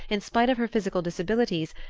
in spite of her physical disabilities,